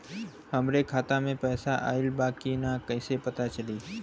हमरे खाता में पैसा ऑइल बा कि ना कैसे पता चली?